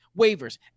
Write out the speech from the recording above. waivers